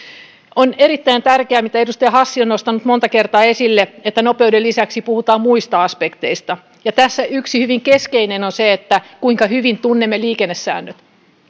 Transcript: on erittäin tärkeää mitä edustaja hassi on nostanut monta kertaa esille että nopeuden lisäksi puhutaan muista aspekteista tässä yksi hyvin keskeinen on se kuinka hyvin tunnemme liikennesäännöt